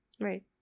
right